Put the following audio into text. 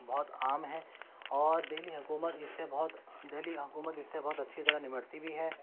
بہت عام ہیں اور دہلی حکومت اس سے بہت دہلی حکومت اس سے بہت اچھی نپٹتی بھی ہے